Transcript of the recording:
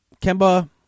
Kemba